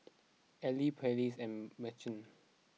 Arely Pallies and Mercer